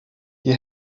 die